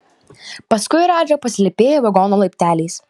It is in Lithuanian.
paskui radža pasilypėjo vagono laipteliais